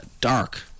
dark